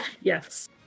yes